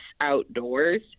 outdoors